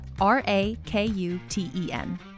R-A-K-U-T-E-N